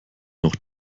noch